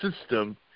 system